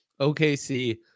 OKC